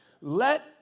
Let